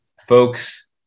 Folks